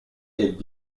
est